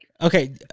Okay